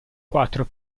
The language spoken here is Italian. quattro